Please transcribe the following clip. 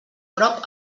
prop